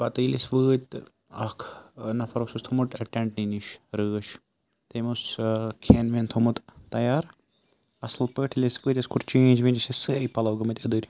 پَتہٕ ییٚلہِ أسۍ وٲتۍ تہٕ اَکھ نفر اوس اَسہِ تھوٚمُت ٹٮ۪نٛٹ نٕے نِش رٲچھ تٔمۍ اوس کھٮ۪ن وٮ۪ن تھوٚمُت تیار اَصٕل پٲٹھۍ ییٚلہِ اَسہِ پوٚتُس کوٚر چینٛج وینٛج أسۍ ٲسۍ سٲری پَلو گٔمٕتۍ أدٕرۍ